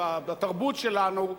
בתרבות שלנו,